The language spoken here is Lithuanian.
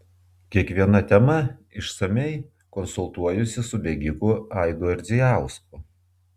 kiekviena tema išsamiai konsultuojuosi su bėgiku aidu ardzijausku